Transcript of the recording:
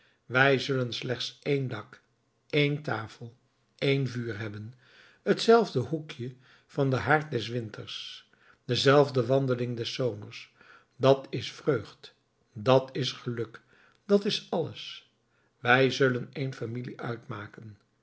wij zullen slechts één dak één tafel één vuur hebben hetzelfde hoekje van den haard des winters dezelfde wandeling des zomers dat is vreugd dat is geluk dat is alles wij zullen één familie uitmaken